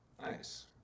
Nice